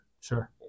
sure